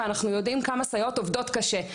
ואנחנו יודעים כמה סייעות עובדות קשה,